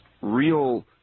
real